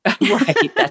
Right